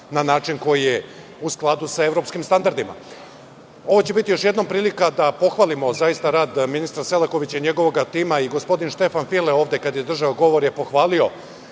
na način koji je u skladu sa evropskim standardima. Ovo će biti još jednom prilika da pohvalimo rad ministra Selakovića i njegovog tima. I gospodin Štefan File, kada je ovde držao govor, pohvalio